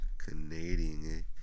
Canadian